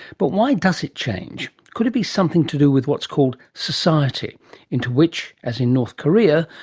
but why does it change? could it be something to do with what's called society into which, as in north korea,